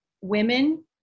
women